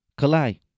kalai